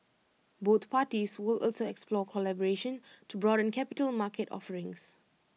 both parties will also explore collaboration to broaden capital market offerings